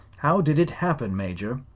how did it happen. major?